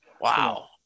Wow